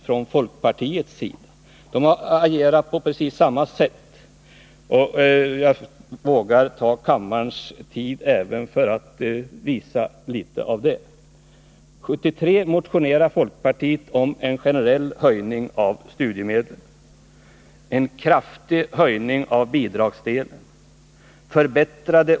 Från folkpartiets sida har man agerat på precis samma sätt. Jag vågar ta kammarens tid i anspråk även för att visa litet av det.